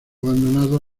abandonado